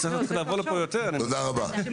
תודה רבה.